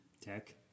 tech